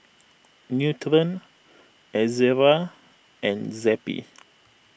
Nutren Ezerra and Zappy